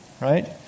right